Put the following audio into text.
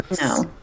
No